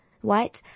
White